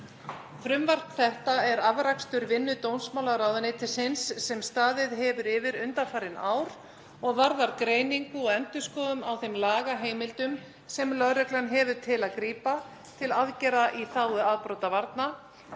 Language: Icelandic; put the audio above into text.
Frumvarp þetta er afrakstur vinnu dómsmálaráðuneytisins sem staðið hefur yfir undanfarin ár og varðar greiningu og endurskoðun á þeim lagaheimildum sem lögregla hefur til að grípa til aðgerða í þágu afbrotavarna,